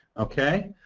ok.